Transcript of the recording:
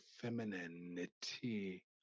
femininity